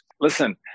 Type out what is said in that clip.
listen